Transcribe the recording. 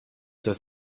dass